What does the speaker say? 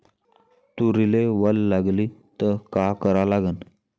तुरीले वल लागली त का करा लागन?